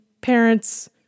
parents